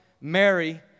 Mary